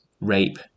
rape